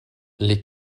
les